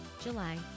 July